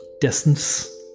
distance